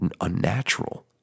unnatural